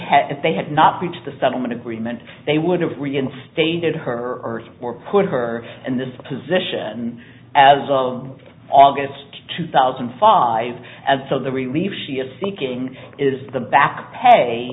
if they had not reached the settlement agreement they would have reinstated her or more put her in this position as of august two thousand and five so the relief she is seeking is the back pay